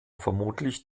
vermutlich